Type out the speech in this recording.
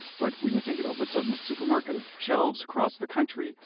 but when you think about what's on the supermarket shelves across the country,